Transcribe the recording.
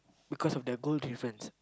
because of their goal difference